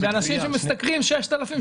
זה אנשים שמשתכרים 6,000,